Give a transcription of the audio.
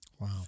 Wow